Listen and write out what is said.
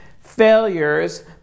failures